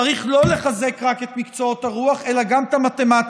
צריך לא לחזק רק את מקצועות הרוח אלא גם את המתמטיקה,